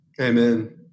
Amen